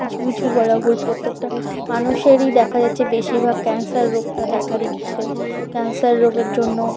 কিছু কিছু বলা ভুল প্রত্যেকটা মানুষেরই দেখা যাচ্ছে বেশিরভাগ ক্যান্সার রোগটা দেখা দিচ্ছে ক্যান্সার রোগের জন্য